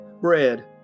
bread